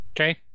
okay